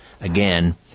again